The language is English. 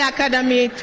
Academy